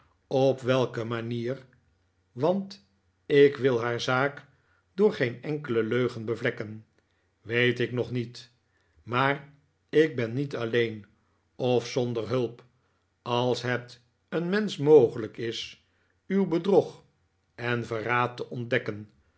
op welke manier want ik wil haar zaak door geen enkele leugen bevlekken weet ik nog niet maar ik ben niet alleen of zonder hulp als het een mensch mogelijk is uw bedrog en verraad te ontdekken